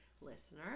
listener